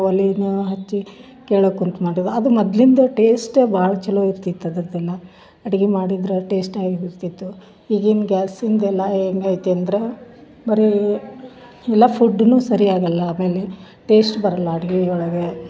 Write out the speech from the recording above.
ಒಲಿನ ಹಚ್ಚಿ ಕೆಳಗೆ ಕುಂತು ಮಾಡುದು ಅದು ಮೊದಲಿಂದ ಟೇಸ್ಟ್ ಭಾಳ ಚಲೋ ಇರ್ತಿತ್ತು ಅದ್ರ್ದ್ ಎಲ್ಲಾ ಅಡ್ಗಿ ಮಾಡಿದ್ರೆ ಟೇಸ್ಟ್ ಆಗಿ ಇರ್ತಿತ್ತು ಈಗಿನ ಗ್ಯಾಸಿಂದೆಲ್ಲ ಹೆಂಗೆ ಐತಿ ಅಂದ್ರೆ ಬರೇ ಎಲ್ಲಾ ಫುಡ್ಡುನು ಸರಿ ಆಗಲ್ಲ ಆಮೇಲೆ ಟೇಸ್ಟ್ ಬರಲ್ಲ ಅಡ್ಗಿ ಒಳಗೆ